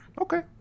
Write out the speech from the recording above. Okay